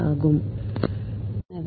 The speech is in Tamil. ஆகும்